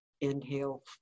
inhale